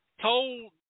told